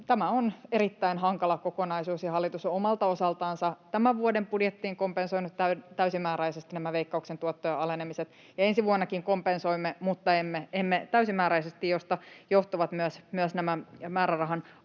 tämä on erittäin hankala kokonaisuus, ja hallitus on omalta osaltansa tämän vuoden budjettiin kompensoinut täysimääräisesti nämä Veikkauksen tuottojen alenemiset, ja ensi vuonnakin kompensoimme mutta emme täysimääräisesti, mistä johtuvat myös nämä määrärahan alenemiset.